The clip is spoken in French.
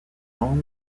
hans